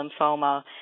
lymphoma